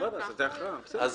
(א)